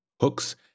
hooks